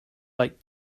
like